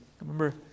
Remember